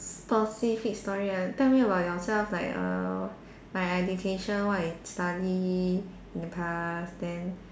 specific story ah tell me about yourself like err like education what you study in the past then